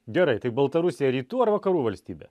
gerai tai baltarusija rytų ar vakarų valstybė